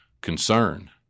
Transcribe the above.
concern